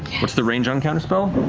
what's the range on counterspell?